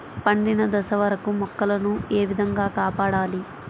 పండిన దశ వరకు మొక్కల ను ఏ విధంగా కాపాడాలి?